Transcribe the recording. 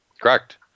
Correct